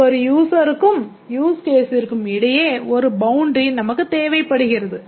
ஒவ்வொரு யூசருக்கும் யூஸ் கேஸிற்கும் இடையே ஒரு பவுண்டரி நமக்குத் தேவைப் படுகிறது